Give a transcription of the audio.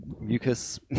mucus